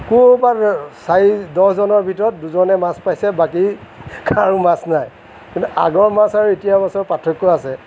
ক'ৰবাত চাৰি দহজনৰ ভিতৰত দুজনে মাছ পাইছে বাকী কাৰো মাছ নাই কিন্তু আগৰ মাছ আৰু এতিয়াৰ মাছৰ পাৰ্থক্য় আছে